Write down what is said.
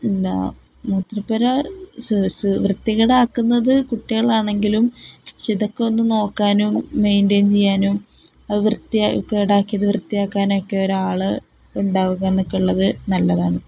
പിന്നെ മൂത്രപ്പര വൃത്തികേടാക്കുന്നത് കുട്ടികളാണെങ്കിലും പക്ഷ ഇതൊക്കെ ഒന്നു നോക്കാനും മെയിന്റെയിൻ ചെയ്യാനും അതു വൃത്തികേടാക്കിയതു വൃത്തിയാക്കാനുമൊക്കെ ഒരാള് ഉണ്ടാവുക എന്നൊക്കെയുള്ളതു നല്ലതാണ്